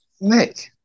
Nick